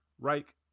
Reich